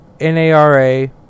NARA